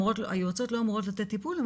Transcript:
היועצות לא אמורות לתת טיפולן,